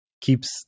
Keeps